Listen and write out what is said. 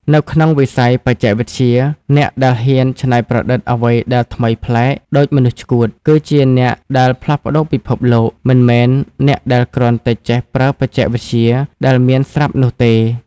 នៅក្នុងវិស័យបច្ចេកវិទ្យា អ្នកដែលហ៊ានច្នៃប្រឌិតអ្វីដែលថ្មីប្លែក (ដូចមនុស្សឆ្កួត) គឺជាអ្នកដែលផ្លាស់ប្តូរពិភពលោក មិនមែនអ្នកដែលគ្រាន់តែចេះប្រើបច្ចេកវិទ្យាដែលមានស្រាប់នោះទេ។